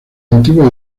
antiguas